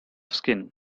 skin